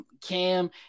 Cam